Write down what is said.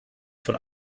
von